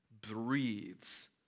breathes